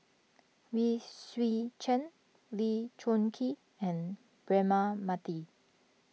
Wee Swee Chen Lee Choon Kee and Braema Mathi